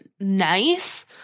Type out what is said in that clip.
nice